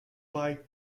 buy